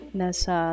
nasa